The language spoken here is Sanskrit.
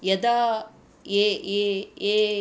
यदा ये ये ये